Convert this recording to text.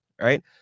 Right